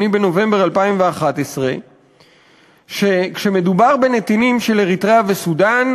בנובמבר 2011 שכשמדובר בנתינים של אריתריאה וסודאן,